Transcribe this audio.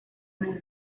una